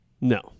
No